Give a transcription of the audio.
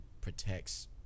protects